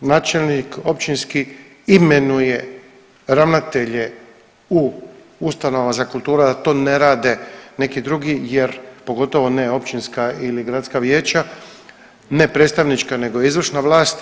načelnik općinski imenuje ravnatelje u ustanovama za kulturu, da to ne rade neki drugi pogotovo ne općinska ili gradska vijeća, ne predstavnička nego izvršna vlast.